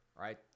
right